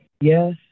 Yes